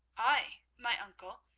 i, my uncle,